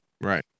right